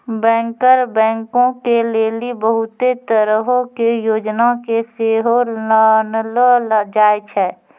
banker बैंको के लेली बहुते तरहो के योजना के सेहो लानलो जाय छै